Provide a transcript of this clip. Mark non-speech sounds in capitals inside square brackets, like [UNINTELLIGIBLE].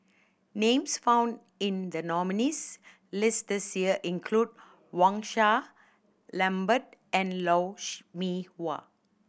names found in the nominees' list this year include Wang Sha Lambert and Lou [UNINTELLIGIBLE] Mee Wah